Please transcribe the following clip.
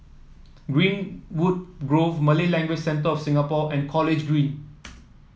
Greenwood Grove Malay Language Centre of Singapore and College Green